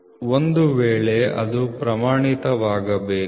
ಆದ್ದರಿಂದ ಒಂದು ಮಾನದಂಡವಿರಬೇಕು